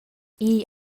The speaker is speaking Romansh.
igl